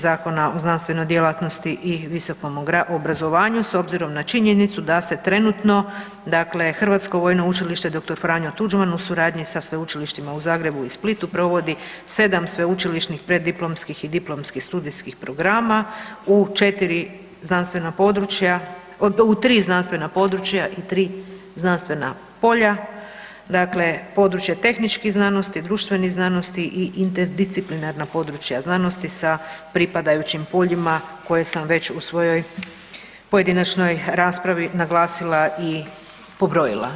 Zakona o znanstvenoj djelatnosti i visokom obrazovanju s obzirom na činjenicu da se trenutno Hrvatsko vojno učilište dr. Franjo Tuđman u suradnji sa sveučilištima u Zagrebu i Splitu provodi sedam sveučilišnih preddiplomskih i diplomskih studijskih programa u tri znanstvena područja i tri znanstvena polja, dakle područje tehničkih znanosti, društvenih znanosti i interdisciplinarna područja znanosti sa pripadajućim poljima koje sam već u svojoj pojedinačnoj raspravi naglasila i pobrojila.